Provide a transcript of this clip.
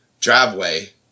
driveway